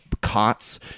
cots